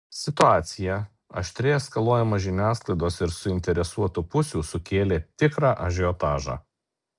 situacija aštriai eskaluojama žiniasklaidos ir suinteresuotų pusių sukėlė tikrą ažiotažą